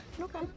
Okay